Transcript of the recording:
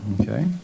Okay